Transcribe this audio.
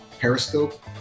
Periscope